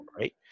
Right